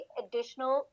additional